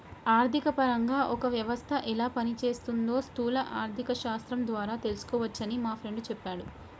ఆర్థికపరంగా ఒక వ్యవస్థ ఎలా పనిచేస్తోందో స్థూల ఆర్థికశాస్త్రం ద్వారా తెలుసుకోవచ్చని మా ఫ్రెండు చెప్పాడు